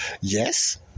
Yes